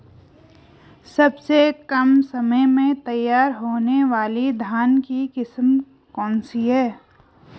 सबसे कम समय में तैयार होने वाली धान की किस्म कौन सी है?